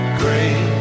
great